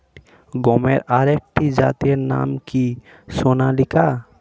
গমের আরেকটি জাতের নাম কি সোনালিকা?